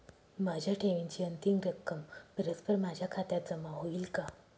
माझ्या ठेवीची अंतिम रक्कम परस्पर माझ्या खात्यात जमा होईल का?